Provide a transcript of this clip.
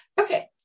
okay